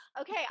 Okay